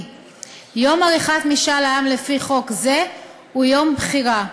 יום עריכת משאל העם לפי חוק זה הוא יום בחירה,